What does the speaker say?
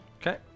Okay